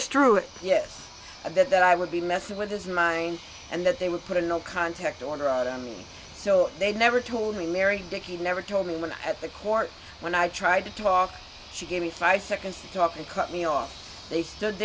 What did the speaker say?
misconstrued yes and that i would be messing with his mind and that they would put a no contact order out on me so they never told me mary that he never told me when at the court when i tried to talk she gave me five seconds to talk and cut me off they stood